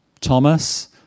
Thomas